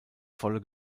volle